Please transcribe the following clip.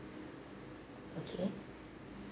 okay